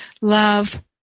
love